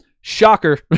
Shocker